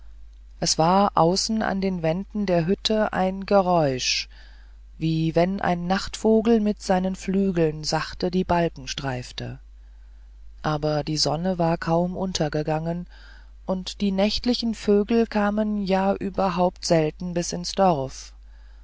es war außen an den wänden der hütte ein geräusch wie wenn ein nachtvogel mit seinen flügeln sachte die balken streifte aber die sonne war kaum untergegangen und die nächtlichen vögel kamen ja überhaupt selten bis ins dorf